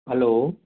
hello